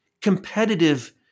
competitive